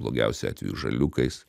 blogiausiu atveju žaliukais